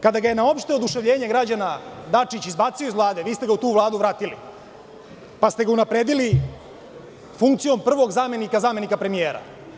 Kada ga je na opšte oduševljenje građana Dačić izbacio iz Vlade, vi ste ga u tu Vladu vratili, pa ste ga unapredili funkcijom prvog zamenika zamenika premijera.